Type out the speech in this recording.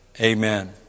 Amen